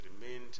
remained